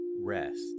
rest